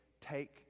take